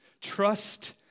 Trust